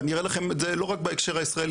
ואני אראה לכם את זה לא רק בהקשר הישראלי,